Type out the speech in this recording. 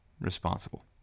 responsible